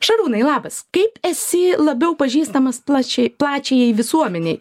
šarūnai labas kaip esi labiau pažįstamas plačiai plačiajai visuomenei